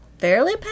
fairly